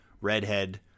redhead